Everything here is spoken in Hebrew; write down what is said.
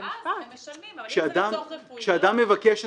אני לא מכיר אותו.